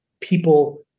people